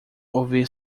ouvir